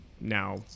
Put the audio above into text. now